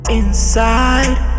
inside